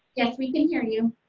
yes we can hear you.